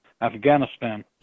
afghanistan